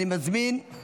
אני מזמין את